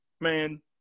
man